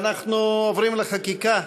אנחנו עוברים לחקיקה.